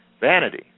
Vanity